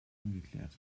ungeklärt